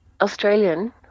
Australian